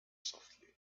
softly